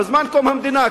בזמן קום המדינה,